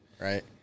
right